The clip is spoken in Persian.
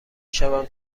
شوم